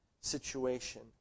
situation